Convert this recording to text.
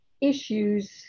issues